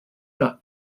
not